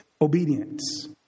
obedience